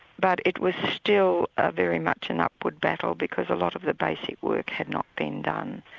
but it was still very much an upward battle because a lot of the basic work had not been done,